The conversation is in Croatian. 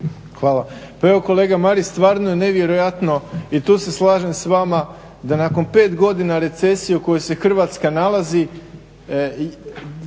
Hvala. Pa evo kolega Marić stvarno je nevjerojatno, i tu se slažem s vama, da nakon 5 godina recesije u kojoj se Hrvatska nalazi,